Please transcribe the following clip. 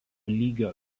lygio